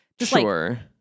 Sure